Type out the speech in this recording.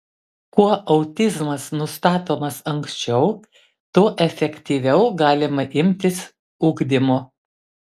kuo autizmas nustatomas anksčiau tuo efektyviau galima imtis ugdymo